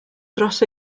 dros